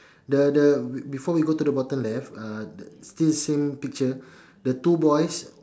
the the before we go to the bottom left uh still same picture the two boys